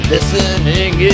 Listening